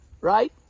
right